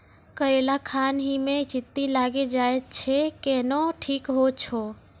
करेला खान ही मे चित्ती लागी जाए छै केहनो ठीक हो छ?